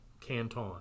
Canton